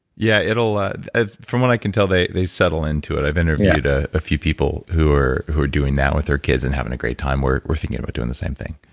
yeah. like ah from what i can tell, they they settle into it. i've interviewed ah a few people who are who are doing that with their kids and having a great time. we're we're thinking about doing the same thing.